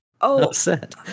upset